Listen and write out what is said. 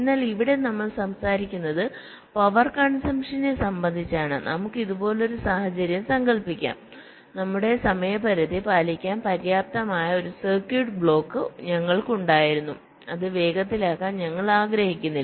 എന്നാൽ ഇവിടെ നമ്മൾ സംസാരിക്കുന്നത് പവർ കൺസംപ്ഷനെ സംബന്ധിച്ചാണ് നമുക്ക് ഇതുപോലൊരു സാഹചര്യം സങ്കൽപ്പിക്കാം ഞങ്ങളുടെ സമയപരിധി പാലിക്കാൻ പര്യാപ്തമായ ഒരു സർക്യൂട്ട് ബ്ലോക്ക് ഞങ്ങൾക്കുണ്ടായിരുന്നു അത് വേഗത്തിലാക്കാൻ ഞങ്ങൾ ആഗ്രഹിക്കുന്നില്ല